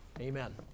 Amen